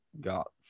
got